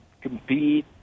compete